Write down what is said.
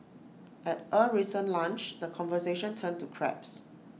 at A recent lunch the conversation turned to crabs